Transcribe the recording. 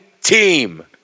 team